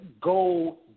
go